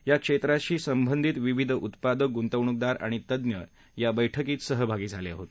या क्षेत्राशी संबंधीत विविध उत्पादक गुंतवणूकदार आणि तज्ञ या बैठकीत सहभागी झाले होते